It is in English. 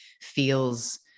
feels